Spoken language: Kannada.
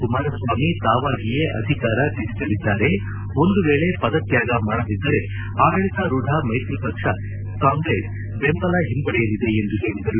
ಕುಮಾರಸ್ವಾಮಿ ತಾವಾಗಿಯೇ ಅಧಿಕಾರ ತ್ಯಜಿಸಲಿದ್ದಾರೆ ಒಂದು ವೇಳೆ ಪದತ್ಯಾಗ ಮಾಡದಿದ್ದರೆ ಆಡಳಿತಾರೂಢ ಮೈತ್ರಿ ಪಕ್ಷ ಕಾಂಗ್ರೆಸ್ ಬೆಂಬಲ ಹಿಂಪಡೆಯಲಿದೆ ಎಂದು ಹೇಳಿದರು